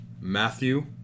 Matthew